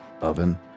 oven